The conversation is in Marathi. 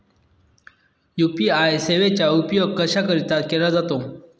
यू.पी.आय सेवेचा उपयोग कशाकरीता केला जातो?